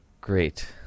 Great